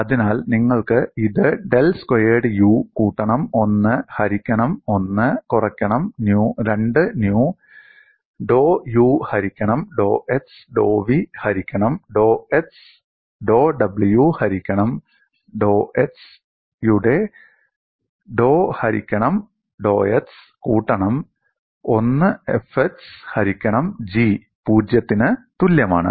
അതിനാൽ നിങ്ങൾക്ക് ഇത് ഡെൽ സ്ക്വയേർഡ് U കൂട്ടണം 1 ഹരിക്കണം '1 കുറക്കണം 2 ന്യു' "ഡോ u ഹരിക്കണം ഡോ x ഡോ v ഹരിക്കണം ഡോ x ഡോ w ഹരിക്കണം ഡോ x"യുടെ ഡോ ഹരിക്കണം ഡോ x കൂട്ടണം "1 Fx ഹരിക്കണം G" 0 ത്തിന് തുല്യമാണ്